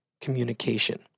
communication